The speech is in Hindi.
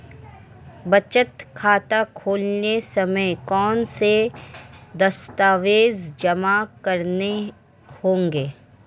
बचत खाता खोलते समय कौनसे दस्तावेज़ जमा करने होंगे?